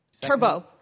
Turbo